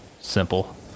simple